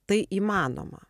tai įmanoma